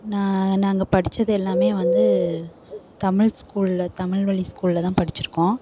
நான் நாங்கள் படித்தது எல்லாம் வந்து தமிழ் ஸ்கூலில் தமிழ்வழி ஸ்கூலில் தான் படிச்சுருக்கோம்